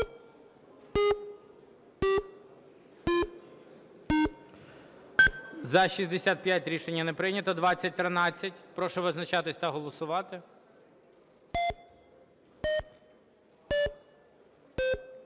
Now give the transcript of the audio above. За-65 Рішення не прийнято. 2013. Прошу визначатись та голосувати.